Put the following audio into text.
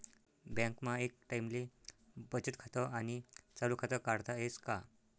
बँकमा एक टाईमले बचत खातं आणि चालू खातं काढता येस का?